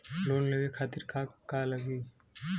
Loan लेवे खातीर का का लगी?